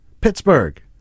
pittsburgh